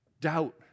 doubt